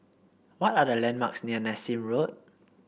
what are the landmarks near Nassim Road